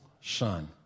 son